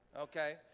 okay